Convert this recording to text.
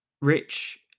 rich